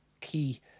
key